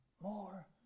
More